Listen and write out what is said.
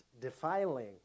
defiling